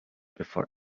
before